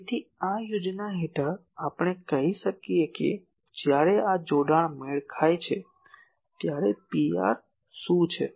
તેથી આ યોજના હેઠળ આપણે કહી શકીએ કે જ્યારે આ જોડાણ મેળ ખાય છે ત્યારે PR શું છે